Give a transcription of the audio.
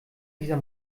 dieser